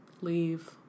Leave